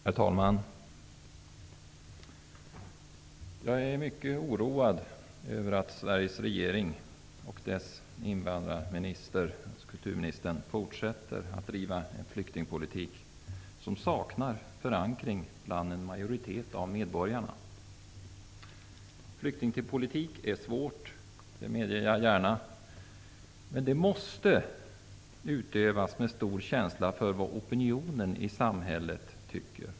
Herr talman! Jag är mycket oroad över att Sveriges regering och dess invandrarminister och tillika kulturminister fortsätter att driva en flyktingpolitik som saknar förankring hos en majoritet av medborgarna. Flyktingpolitik är svårt. Det medger jag gärna. Den måste utövas med stor känsla för opinionen i samhället.